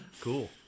cool